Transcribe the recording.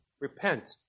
Repent